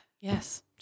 Yes